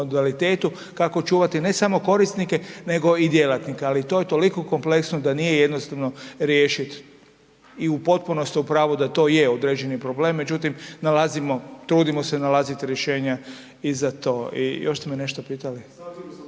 kako očuvati ne samo korisnike nego i djelatnike, ali to je toliko kompleksno da nije jednostavno riješiti i potpuno ste u pravu da to je određeni problem, međutim nalazimo, trudimo se nalazimo rješenja i za to. I još ste me nešto pitali?